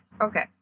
okay